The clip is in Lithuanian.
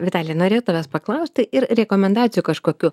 vitalija norėjau tavęs paklausti ir rekomendacijų kažkokių